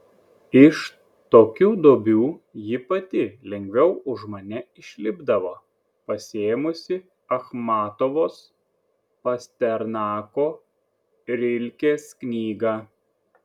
iš tokių duobių ji pati lengviau už mane išlipdavo pasiėmusi achmatovos pasternako rilkės knygą